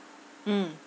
mm